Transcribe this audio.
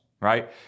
right